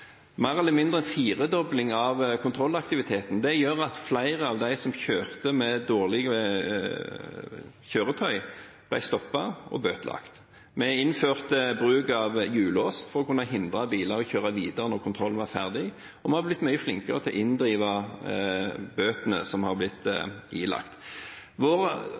mer eller mindre firedobling av kontrollaktiviteten gjør at flere av dem som kjører med dårlige kjøretøy, blir stoppet og bøtelagt. Vi innførte bruk av hjullås for å kunne hindre biler i å kjøre videre når kontrollen var ferdig, og vi har blitt mye flinkere til å inndrive bøtene som har blitt ilagt.